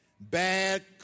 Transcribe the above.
Bad